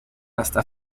hasta